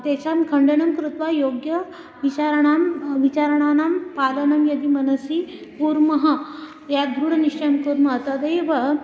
तेषां खण्डनं कृत्वा योग्य विचाराणां विचाराणां पालनं यदि मनसि कुर्मः यः द्रूढनिश्चयं कुर्मः तदेव